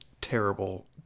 terrible